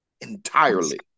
entirely